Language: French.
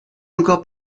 encore